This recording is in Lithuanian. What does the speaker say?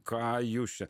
ką jūs čia